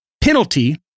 penalty